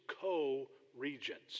co-regents